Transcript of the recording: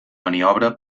maniobra